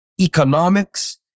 economics